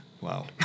wow